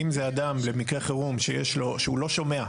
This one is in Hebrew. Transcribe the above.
אם זה אדם למקרה חירום שהוא לא שומע,